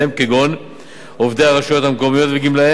כגון עובדי הרשויות המקומיות וגמלאיהן,